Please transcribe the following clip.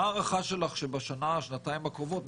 מה ההערכה שלך שבשנה-שנתיים הקרובות,